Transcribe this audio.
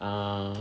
uh